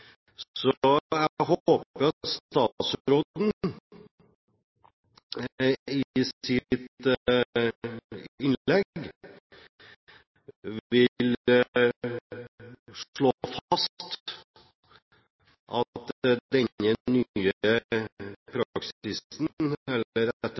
Jeg håper at statsråden i sitt innlegg vil slå fast at denne nye